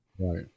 right